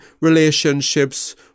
relationships